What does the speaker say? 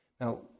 Now